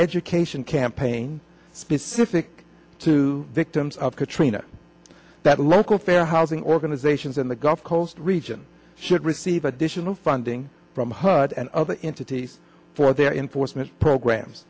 education campaign specific to victims of katrina that local fair housing organizations in the gulf coast region should receive additional funding from hud and other in cities for their enforcement programs